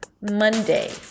Monday